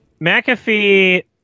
McAfee